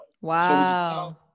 wow